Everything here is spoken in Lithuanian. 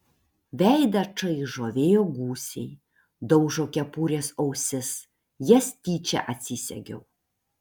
veidą čaižo vėjo gūsiai daužo kepurės ausis jas tyčia atsisegiau